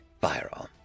firearm